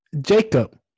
Jacob